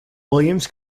williams